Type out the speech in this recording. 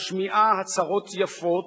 משמיעה הצהרות יפות,